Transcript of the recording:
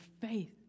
faith